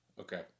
Okay